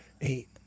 eight